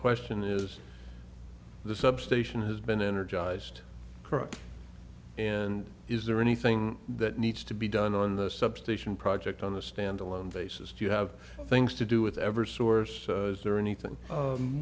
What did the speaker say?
question is the substation has been energized and is there anything that needs to be done on the substation project on the standalone basis do you have things to do with every source is there anything